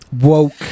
Woke